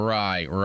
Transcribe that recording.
right